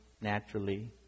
naturally